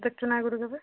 ଦେଖିଛ ନା ଆଗରୁ କେବେ